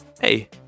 hey